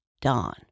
Dawn